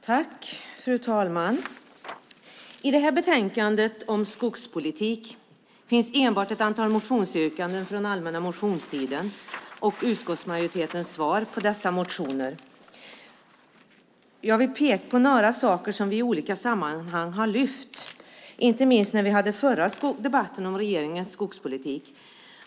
Fru talman! I det här betänkandet om skogspolitik finns enbart ett antal motionsyrkanden från allmänna motionstiden och utskottsmajoritetens svar på dessa motioner. Jag vill peka på några saker som vi i olika sammanhang har lyft fram, inte minst när vi hade förra debatten om regeringens skogspolitik.